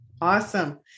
Awesome